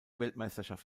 weltmeisterschaft